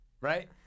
Right